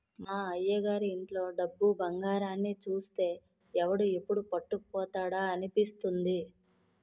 మా అయ్యగారి ఇంట్లో డబ్బు, బంగారాన్ని చూస్తే ఎవడు ఎప్పుడు పట్టుకుపోతాడా అనిపిస్తుంది